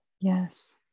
yes